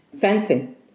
fencing